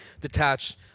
detached